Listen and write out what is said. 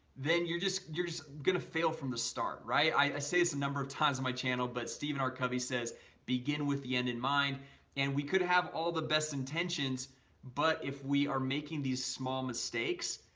then you're just you're gonna fail from the start, right? i say it's a number of times in my channel but stephen r covey says begin with the end in mind and we could have all the best intentions but if we are making these small mistakes,